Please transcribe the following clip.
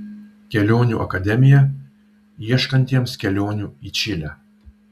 kelionių akademija ieškantiems kelionių į čilę